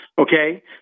Okay